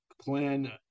plan